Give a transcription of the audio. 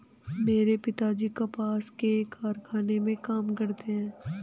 मेरे पिताजी कपास के कारखाने में काम करते हैं